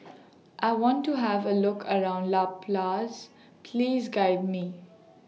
I want to Have A Look around La Paz Please Guide Me